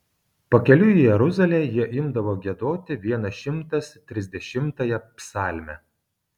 pakeliui į jeruzalę jie imdavo giedoti vienas šimtas trisdešimtąją psalmę